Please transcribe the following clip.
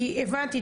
הבנתי,